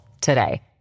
today